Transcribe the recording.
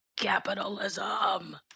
Capitalism